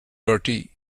bertie